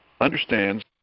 understands